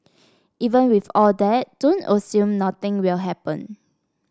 even with all that don't assume nothing will happen